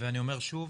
ואני אומר שוב,